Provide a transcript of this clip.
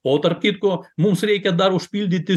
o tarp kitko mums reikia dar užpildyti